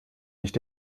nicht